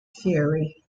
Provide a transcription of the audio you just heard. theory